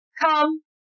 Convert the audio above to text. come